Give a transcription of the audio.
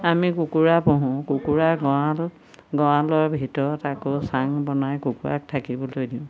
আমি কুকুৰা পোহোঁ কুকুৰা গঁড়ালত গঁড়ালৰ ভিতৰত আকৌ চাং বনাই কুকুৰাক থাকিবলৈ দিওঁ